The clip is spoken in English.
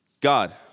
God